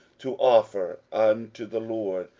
to offer unto the lord,